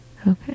Okay